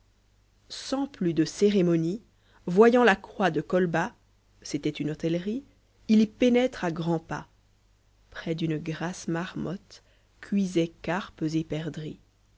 sans plus de cérémonie voyant la croix de colbas celait une hôtellerie il y pénètre à grands pas près d'une grasse marmotte cuisaient carpes et perdrix